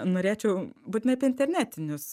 norėčiau būtinai apie internetinius